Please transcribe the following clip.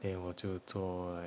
then 我就做